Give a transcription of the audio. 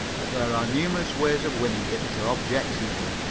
but there are numerous ways of winning it that are objectionable,